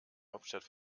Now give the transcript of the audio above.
hauptstadt